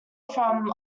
from